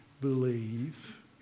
believe